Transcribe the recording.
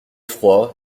froid